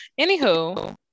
Anywho